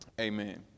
Amen